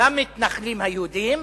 למתנחלים היהודים,